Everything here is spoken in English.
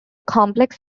complex